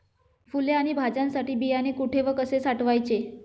फुले आणि भाज्यांसाठी बियाणे कुठे व कसे साठवायचे?